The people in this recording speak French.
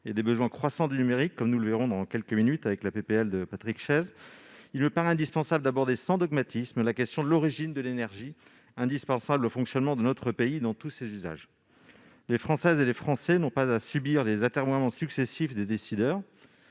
aux besoins croissants du numérique, comme nous le verrons dans quelques minutes lors de l'examen de la proposition de loi de Patrick Chaize -, il me paraît nécessaire d'aborder sans dogmatisme la question de l'origine de l'énergie indispensable au fonctionnement de notre pays dans tous ses usages. Les Françaises et les Français n'ont pas à subir les atermoiements successifs des décideurs